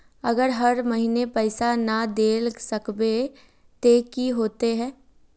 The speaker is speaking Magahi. अगर हर महीने पैसा ना देल सकबे ते की होते है?